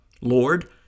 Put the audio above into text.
Lord